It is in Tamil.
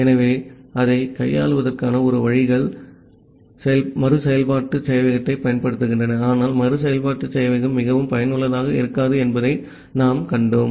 ஆகவே அதைக் கையாள்வதற்கான ஒரு வழிகள் மறுசெயல்பாட்டு சேவையகத்தைப் பயன்படுத்துகின்றன ஆனால் மறுசெயல்பாட்டு சேவையகம் மிகவும் பயனுள்ளதாக இருக்காது என்பதை நாம் கண்டோம்